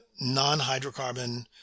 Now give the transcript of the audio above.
non-hydrocarbon